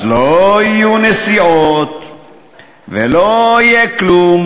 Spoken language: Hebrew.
אז לא יהיו נסיעות ולא יהיה כלום.